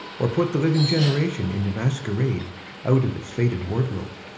or put the living generation into masquerade out of its faded wardrobe?